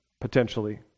potentially